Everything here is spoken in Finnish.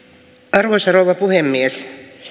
arvoisa rouva puhemies